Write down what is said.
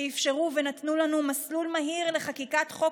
שאפשרו ונתנו לנו מסלול מהיר לחקיקת חוק